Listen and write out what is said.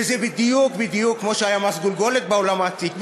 וזה בדיוק בדיוק כמו שהיה מס גולגולת בעולם העתיק.